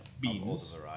beans